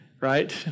right